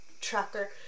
tracker